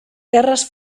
terres